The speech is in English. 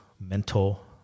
mental